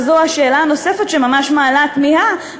וזו השאלה הנוספת שממש מעלה תמיהה,